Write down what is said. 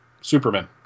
Superman